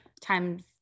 times